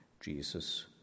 Jesus